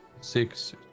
six